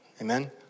Amen